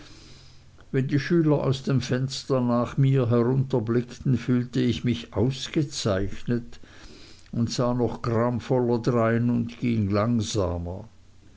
wenn die schüler aus dem fenster nach mir herunterblickten fühlte ich mich ausgezeichnet und sah noch gramvoller drein und ging langsamer